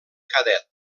cadet